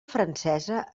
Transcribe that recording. francesa